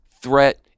Threat